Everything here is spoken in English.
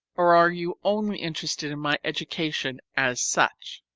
or are you only interested in my education as such?